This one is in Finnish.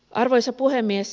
arvoisa puhemies